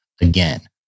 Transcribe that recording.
again